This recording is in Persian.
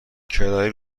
کرایه